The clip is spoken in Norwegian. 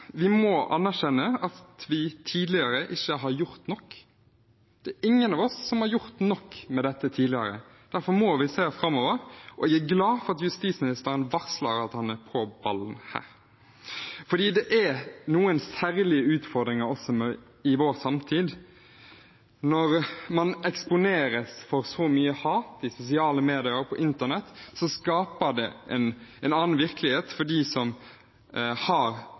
som har gjort nok med dette tidligere. Derfor må vi se framover, og jeg er glad for at justisministeren varsler at han er på ballen her. Det er noen særlige utfordringer også i vår samtid. Når man eksponeres for så mye hat i sosiale medier og på internett, skaper det en annen virkelighet for dem som har